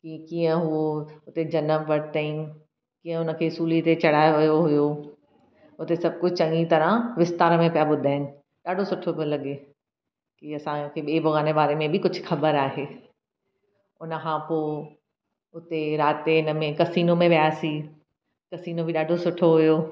की कीअं उहो हुते जनम वरिताईं कीअं हुनखे सूली ते चढ़ायो वियो हुहो हुते सभु कुझु चङी तरह विस्तार में पिया ॿुधाईनि ॾाढो सुठो पियो लॻे कि असांखे ॿिए भॻवान जे बारे में बि कुझु ख़बर आहे हुन खां पोइ हुते राति में हिन में कसीनो में वियासीं कसीनो बि ॾाढो सुठो हुयो